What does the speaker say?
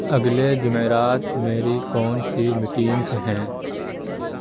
اگلے جمعرات میری کون سی میٹنگز ہیں